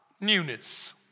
newness